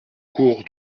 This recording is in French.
cours